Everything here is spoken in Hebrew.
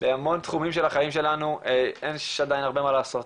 והמון תחומים של החיים שלנו יש עכשיו הרבה מה לעשות,